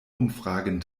umfragen